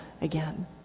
again